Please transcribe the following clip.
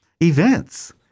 events